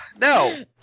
No